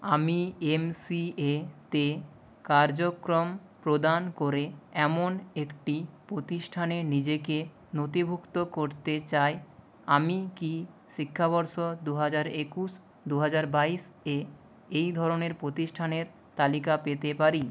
আমি এমসিএ তে কার্যক্রম প্রদান করে এমন একটি প্রতিষ্ঠানে নিজেকে নথিভুক্ত করতে চাই আমি কি শিক্ষাবর্ষ দু হাজার একুশ দু হাজার বাইশ এ এই ধরনের প্রতিষ্ঠানের তালিকা পেতে পারি